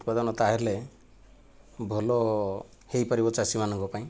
ଉତ୍ପାଦନ ତାହେଲେ ଭଲ ହୋଇପାରିବ ଚାଷୀମାନଙ୍କ ପାଇଁ